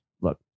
look